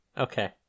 Okay